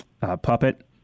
puppet